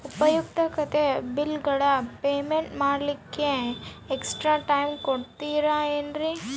ಉಪಯುಕ್ತತೆ ಬಿಲ್ಲುಗಳ ಪೇಮೆಂಟ್ ಮಾಡ್ಲಿಕ್ಕೆ ಎಕ್ಸ್ಟ್ರಾ ಟೈಮ್ ಕೊಡ್ತೇರಾ ಏನ್ರಿ?